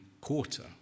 quarter